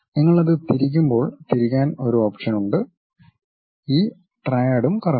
നിങ്ങൾ അത് തിരിക്കുമ്പോൾ തിരിക്കാൻ ഒരു ഓപ്ഷനുണ്ട് ഈ ട്രയാഡും കറങ്ങുന്നു